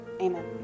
Amen